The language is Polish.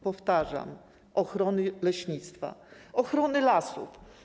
Powtarzam: ochrony leśnictwa, ochrony lasów.